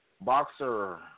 Boxer